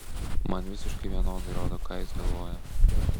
man visiškai vienodai rodo ką jis galvoja